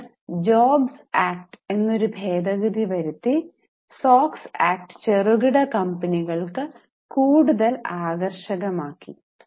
പിന്നീട് jobs act എന്ന ഒരു ഭേദഗതി വരുത്തി സോക്സ് ആക്റ്റ് ചെറുകിട കമ്പനികൾക്ക് കൂടുതൽ ആകർഷകം ആക്കി